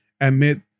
admit